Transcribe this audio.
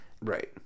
Right